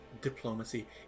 diplomacy